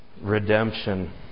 Redemption